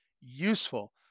useful